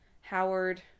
Howard